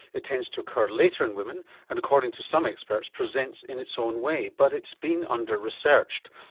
it tends to occur later in women and, according to some experts, presents in its own way, but it's been under-researched.